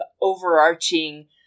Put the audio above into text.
overarching